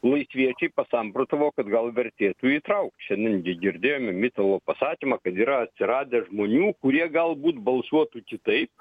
laisviečiai pasamprotavo kad gal vertėtų įtraukt šiandien gi girdėjome mitalo pasakymą kad yra atsiradę žmonių kurie galbūt balsuotų kitaip